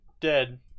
dead